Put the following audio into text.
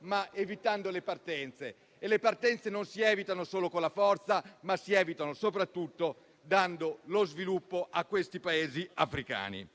ma evitando le partenze; e le partenze non si evitano solo con la forza, ma soprattutto permettendo lo sviluppo ai Paesi africani.